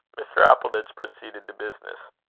mr. appleditch proceeded to business.